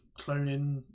cloning